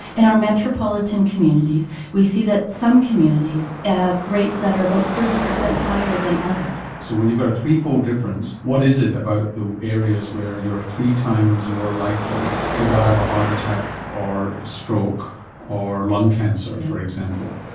in our metropolitan communities we see that some communities have rates that are about thirty percent higher than others. so when you've got a three-fold difference, what is it about the areas where you are three times more likely to die of a heart attack or a stroke or lung cancer, for example?